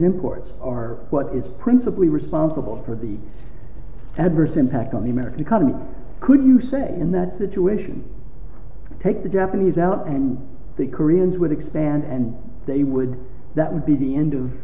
imports are what is principally responsible for the adverse impact on the american economy could you say in that situation take the japanese out and the koreans would expand and they would that would be the end of